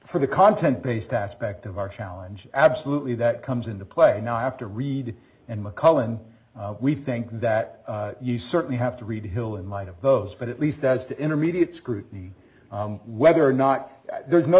for the content based aspect of our challenge absolutely that comes into play now i have to read and mcmullen we think that you certainly have to read hill in light of those but at least as to intermediate scrutiny whether or not there is no